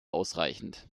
ausreichend